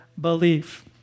belief